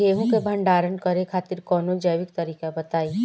गेहूँ क भंडारण करे खातिर कवनो जैविक तरीका बताईं?